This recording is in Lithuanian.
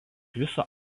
viso